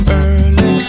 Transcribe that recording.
early